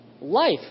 Life